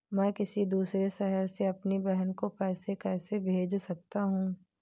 मैं किसी दूसरे शहर से अपनी बहन को पैसे कैसे भेज सकता हूँ?